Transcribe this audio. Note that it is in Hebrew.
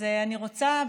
אז אני רוצה,